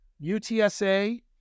UTSA